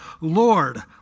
Lord